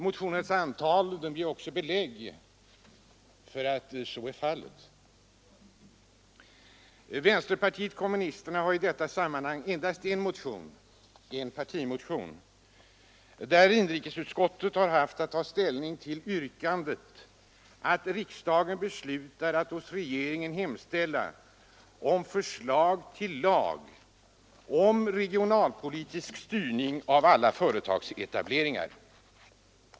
Motionernas antal ger också belägg för att så är fallet. Vänsterpartiet kommunisterna har i detta sammanhang endast en motion — en partimotion — där inrikesutskottet har haft att ta ställning till yrkandet att riksdagen beslutar att hos regeringen hemställa om förslag till lag om regionalpolitisk styrning av alla företagsetableringar.